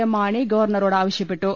M Mani ഗവർണറോട് ആവശ്യപ്പെട്ടു